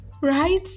right